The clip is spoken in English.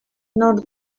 not